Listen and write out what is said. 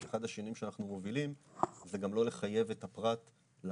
ואחד השינויים שאנחנו מובילים זה גם לא לחייב את הפרט לעבור,